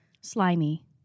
Slimy